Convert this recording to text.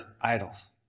idols